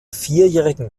vierjährigen